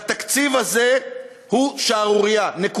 והתקציב הזה הוא שערורייה, נקודה.